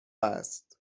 است